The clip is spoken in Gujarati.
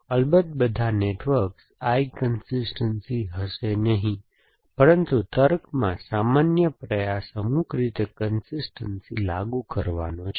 અલબત્ત બધા નેટવર્ક્સ I કન્સિસ્ટનસી હશે નહીં પરંતુ તર્કમાં સામાન્ય પ્રયાસ અમુક રીતે કન્સિસ્ટનસી લાગુ કરવાનો છે